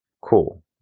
cool